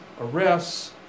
arrests